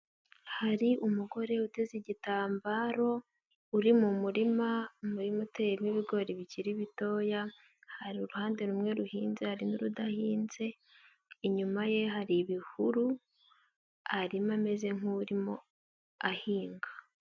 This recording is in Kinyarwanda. Hari umugore uteze igitambaro uri mu murima, umurima uteyemo ibigori bikiri bitoya, hari uruhande rumwe ruhinze hari n'urudahinze, inyuma ye hari ibihuru, arimo ameze nk'urimo ahinga.